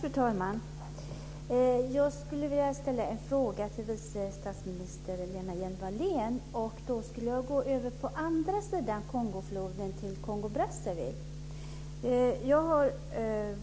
Fru talman! Jag skulle vilja ställa en fråga till vice statsminister Lena Hjelm-Wallén. Jag vill då gå över på andra sidan Kongofloden till Kongo-Brazzaville. Jag har